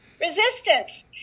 resistance